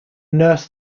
nurse